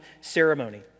ceremony